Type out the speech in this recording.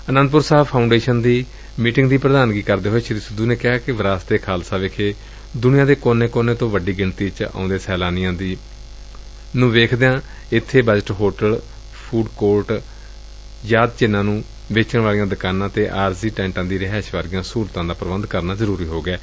Anandpur Sahib foundation ਦੀ ਬੈਠਕ ਦੀ ਪ੍ਧਾਨਗੀ ਕਰਦੇ ਹੋਏ ਸ੍ਰੀ ਸਿੱਧੁ ਨੇ ਕਿਹਾ ਕਿ ਵਿਰਾਸਤ ਏ ਖਾਲਸਾ ਵਿਖੇ ਦੁਨੀਆਂ ਦੇ ਕੋਨੇ ਕੋਨੇ ਤੋਂ ਵੱਡੀ ਗਿਣਤੀ ਵਿੱਚ ਆਉਂਦੇ ਸੈਲਾਨੀਆਂ ਦੀ ਗਿਣਤੀ ਨੂੰ ਵੇਖਦਿਆਂ ਇੱਬੇ ਬਜਟ ਹੋਟਲ ਫੁਡ ਕੋਰਟ ਯਾਦ ਚਿੰਨਾਂ ਨੂੰ ਵੇਚਣ ਵਾਲੀਆਂ ਦੁਕਾਨਾਂ ਅਤੇ ਆਰਜ਼ੀ ਟੈਂਟਾਂ ਦੀਆਂ ਰਿਹਾਇਸਾਂ ਵਰਗੀਆਂ ਸਹੁਲੱਤਾਂ ਦਾ ਪ੍ਰਬੰਧ ਕਰਨਾ ਜ਼ਰੂਰੀ ਹੋ ਗਿਐ